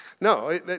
no